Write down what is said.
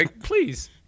please